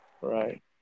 right